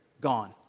gone